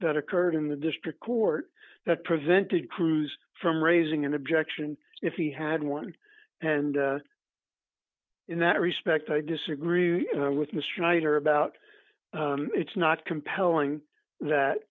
that occurred in the district court that prevented crews from raising an objection if he had one and in that respect i disagree with mr nader about it's not compelling that